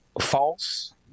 false